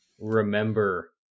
remember